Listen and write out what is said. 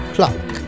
Clock